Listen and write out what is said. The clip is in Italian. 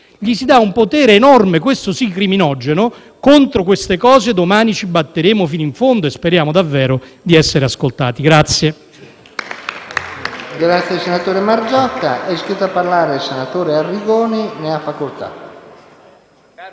Gli si dà un potere enorme, questo sì criminogeno. Contro queste cose domani ci batteremo fino in fondo e speriamo davvero di essere ascoltati.